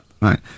right